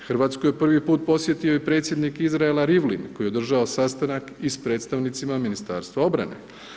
Hrvatsku je prvi put posjetio i predsjednik Izraela Rivlin koji je održao sastanak i s predstavnicima Ministarstva obrane.